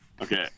Okay